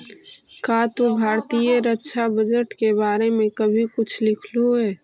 का तू भारतीय रक्षा बजट के बारे में कभी कुछ लिखलु हे